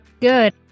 Good